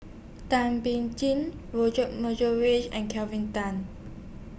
Thum Ping Tjin Reith and Kelvin Tan